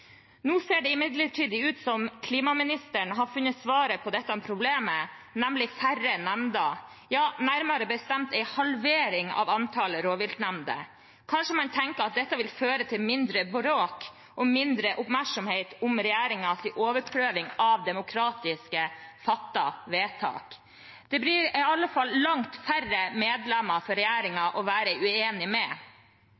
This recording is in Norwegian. Nå ser det imidlertid ut som om klimaministeren har funnet svaret på dette problemet, nemlig færre nemnder, nærmere bestemt en halvering av antallet rovviltnemnder. Kanskje man tenker at dette vil føre til mindre bråk og mindre oppmerksomhet om regjeringens overprøving av demokratisk fattede vedtak. Det blir i alle fall langt færre medlemmer for